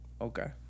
Okay